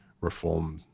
reform